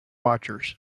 watchers